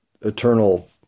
eternal